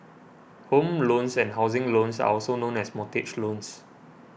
home loans and housing loans are also known as mortgage loans